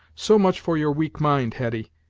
so much for your weak mind, hetty.